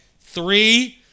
Three